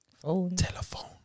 Telephone